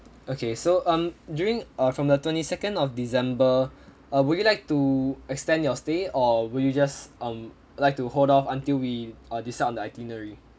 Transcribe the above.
okay so um during uh from the twenty second of december uh would you like to extend your stay or will you just um like to hold off until we uh decide on the itinerary